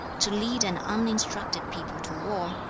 to lead an uninstructed people to war,